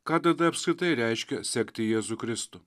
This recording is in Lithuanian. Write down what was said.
ką tada apskritai reiškia sekti jėzų kristų